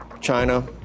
China